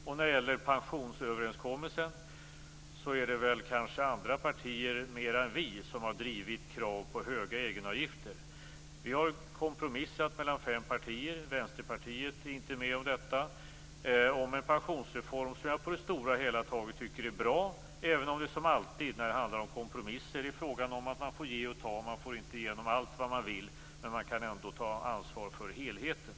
Vad gäller pensionsöverenskommelsen har väl andra partier i högre grad än Socialdemokraterna drivit krav på höga egenavgifter. Det har varit en kompromiss mellan fem partier - Vänsterpartiet är inte med bland dessa - om en pensionsreform som jag på det stora hela taget tycker är bra, även om det som alltid när det handlar om kompromisser är fråga om att man får ge och ta, att man inte får igenom allt det man vill men att man ändå kan ta ansvar för helheten.